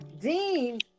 Dean